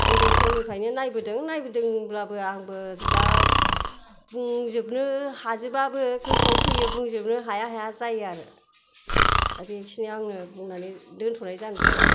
उन्दै समनिफ्रायनो नायबोदों अब्लाबो आंबो दा बुंजोबनो हाजोबाबो गोसोयाव फैयो बुंजोबनो हाया हाया जायो आरो दा बेखिनि आङो बुंनानै दोनथ'नाय जानोसै